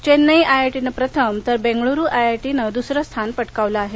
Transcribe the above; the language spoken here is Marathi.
चेन्नई आयआयटीने प्रथम तर बेंगळूरू आयआयटीनं दूसरे स्थान पटकावलं आहे